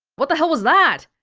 what the hell was that?